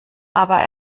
aber